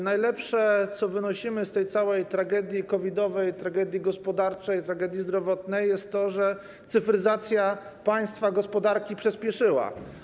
Najlepsze, co wynosimy z tej całej tragedii COVID-owej, tragedii gospodarczej, tragedii zdrowotnej, jest to, że cyfryzacja państwa, gospodarki przyspieszyła.